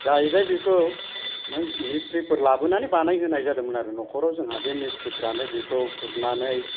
जाहैबाय बेखौ मिस्ट्रिफोर लाबोनानै बानायहोनाय जादोंमोन आरो न'खराव जोंहा बे मिस्ट्रिफ्रानो बेखौ खुरनानै